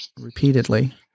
repeatedly